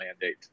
mandate